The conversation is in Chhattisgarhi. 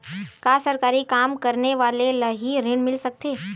का सरकारी काम करने वाले ल हि ऋण मिल सकथे?